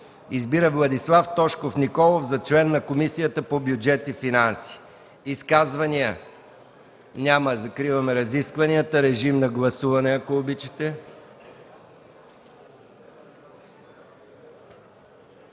Избира Владислав Тошков Николов за член на Комисията по бюджет и финанси.” Изказвания? Няма. Закривам разискванията. Ако обичате,